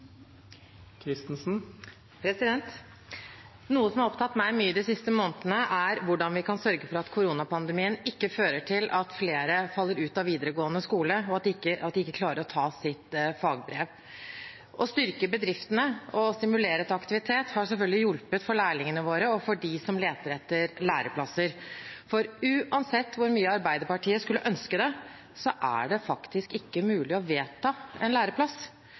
verden. Noe som har opptatt meg mye de siste månedene, er hvordan vi kan sørge for at koronapandemien ikke fører til at flere faller ut av videregående skole, og at de ikke klarer å ta sitt fagbrev. Å styrke bedriftene og stimulere til aktivitet har selvfølgelig hjulpet for lærlingene våre og for dem som leter etter læreplasser, for uansett hvor mye Arbeiderpartiet skulle ønske det, er det faktisk ikke mulig å vedta en læreplass.